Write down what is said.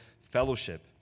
fellowship